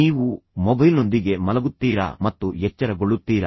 ನೀವು ಮೊಬೈಲ್ನೊಂದಿಗೆ ಮಲಗುತ್ತೀರಾ ಮತ್ತು ಎಚ್ಚರಗೊಳ್ಳುತ್ತೀರಾ